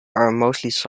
silent